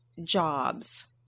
jobs